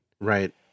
right